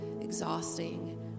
exhausting